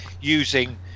using